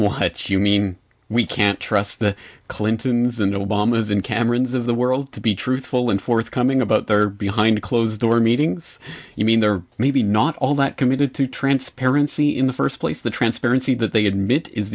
it's you mean we can't trust the clintons and obama's in camerons of the world to be truthful and forthcoming about their behind closed door meetings you mean they're maybe not all that committed to transparency in the first place the transparency that they admit is